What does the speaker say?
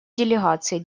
делегации